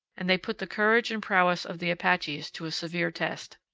and they put the courage and prowess of the apaches to a severe test.